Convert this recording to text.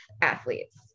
athletes